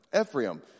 Ephraim